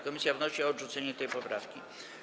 Komisja wnosi o odrzucenie tej poprawki.